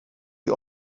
you